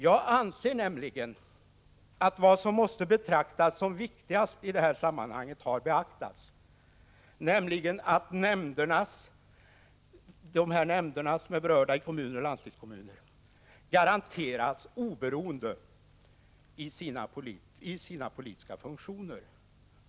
Jag anser att vad som måste betraktas som viktigast i detta sammanhang har beaktats, nämligen att de berörda nämnderna i kommuner och landstingskommuner garanteras oberoende i sina politiska funktioner.